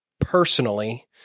personally